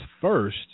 first